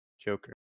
Joker